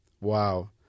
wow